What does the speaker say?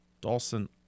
Dawson